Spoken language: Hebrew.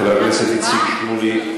חבר הכנסת איציק שמולי.